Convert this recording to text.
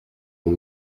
aux